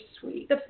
sweet